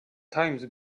times